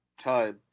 time